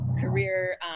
career